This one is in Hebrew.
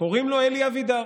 קוראים לו אלי אבידר.